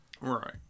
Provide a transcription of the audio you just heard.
Right